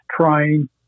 trying